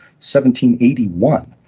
1781